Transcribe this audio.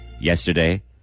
Yesterday